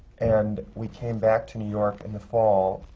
and we came back to new york in the fall,